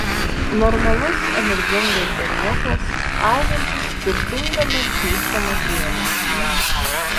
normalus energingas berniukas augantis turtingame hjustono priemiestyje